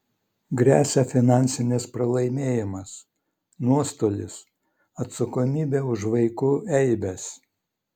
gresia finansinis pralaimėjimas nuostolis atsakomybė už vaikų eibes